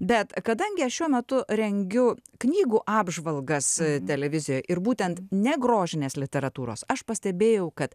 bet kadangi aš šiuo metu rengiu knygų apžvalgas televizijoje ir būtent ne grožinės literatūros aš pastebėjau kad